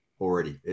already